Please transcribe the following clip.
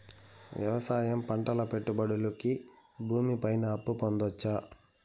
వ్యవసాయం పంటల పెట్టుబడులు కి భూమి పైన అప్పు పొందొచ్చా?